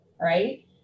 right